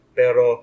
pero